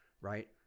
right